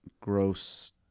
Gross